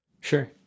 sure